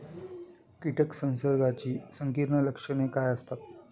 कीटक संसर्गाची संकीर्ण लक्षणे काय असतात?